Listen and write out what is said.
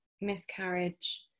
miscarriage